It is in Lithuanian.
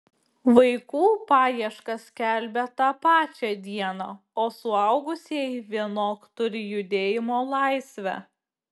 vaikų paiešką skelbia tą pačią dieną o suaugusieji vienok turi judėjimo laisvę